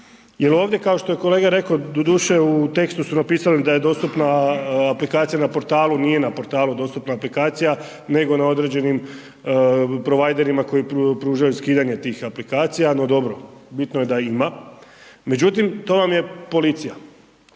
Jer ovdje kao što je kolega rekao, doduše u tekstu su napisali da je dostupna aplikacija na portalu, nije na portalu dostupna aplikacija, nego na određenim providerima koji pružaju skidanje tih aplikacija, no dobro, bitno je da ima. Međutim, to vam je policija